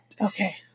Okay